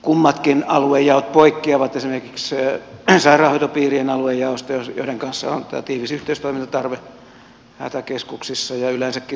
kummatkin aluejaot poikkeavat esimerkiksi sairaanhoitopiirien aluejaoista joiden kanssa on tämä tiivis yhteistoimintatarve hätäkeskuksissa ja yleensäkin turvallisuussektorilla